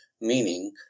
meaning